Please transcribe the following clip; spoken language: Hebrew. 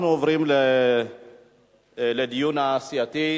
אנחנו עוברים לדיון הסיעתי.